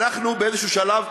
אנחנו באיזה שלב,